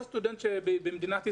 כל סטודנט במדינת ישראל,